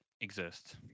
exist